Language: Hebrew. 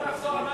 אל תחזור על,